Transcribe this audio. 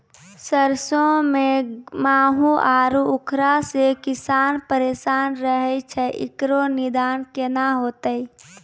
सरसों मे माहू आरु उखरा से किसान परेशान रहैय छैय, इकरो निदान केना होते?